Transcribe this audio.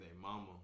mama